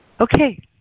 Okay